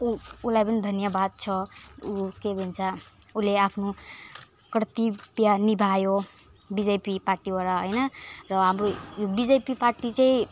ऊ उसलाई पनि धन्यवाद छ ऊ के भन्छ उसले आफ्नो कर्तव्य निभायो बिजेपी पार्टीबाट होइन र हाम्रो बिजेपी पार्टी चाहिँ